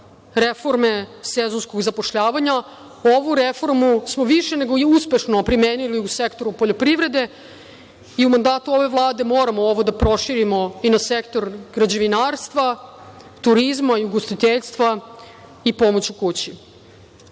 reforme sezonskog zapošljavanja, ovu reformu smo više nego i uspešno primenili u sektoru poljoprivrede i u mandatu ove Vlade moramo ovo da proširimo i na sektor građevinarstva, turizma i ugostiteljstva i pomoć u